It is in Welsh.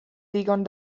ddigon